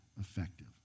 effective